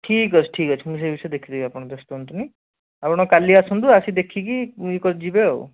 ଠିକ୍ ଅଛି ଠିକ୍ ଅଛି ମୁଁ ସେ ବିଷୟରେ ଦେଖିଦେବି ଆପଣ ବ୍ୟସ୍ତ ହୁଅନ୍ତୁନି ଆପଣ କାଲି ଆସନ୍ତୁ ଆସିକି ଦେଖିକି ଯିବେ ଆଉ